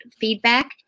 feedback